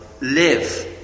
live